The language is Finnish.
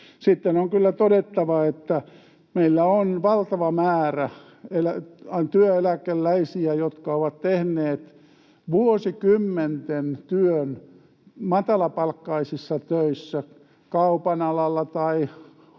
Sitten on kyllä todettava, että meillä on valtava määrä työeläkeläisiä, jotka ovat tehneet vuosikymmenten työn matalapalkkaisissa töissä, kaupan alalla tai